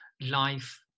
Life